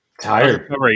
Tired